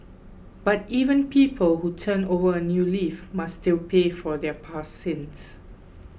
but even people who turn over a new leaf must still pay for their past sins